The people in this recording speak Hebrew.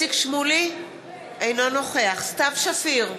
אינו נוכח סתיו שפיר,